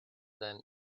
than